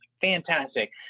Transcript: Fantastic